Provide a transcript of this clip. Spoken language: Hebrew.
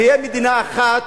תהיה מדינה אחת,